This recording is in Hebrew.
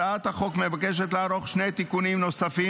הצעת החוק מבקשת לערוך שני תיקונים נוספים